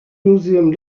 museum